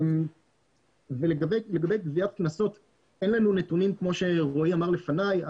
לגבי גביית קנסות כמו שרואי אמר לפניי,